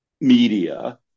media